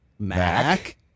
Mac